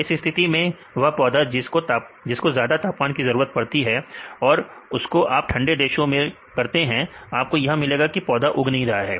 इस स्थिति में वह पौधा जिस को ज्यादा तापमान की जरूरत पड़ती है और उसको आप ठंडे देशों में करते हैं आपको यह मिलेगा कि यह पौधा उग नहीं रहा है